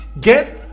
get